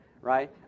right